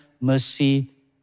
mercy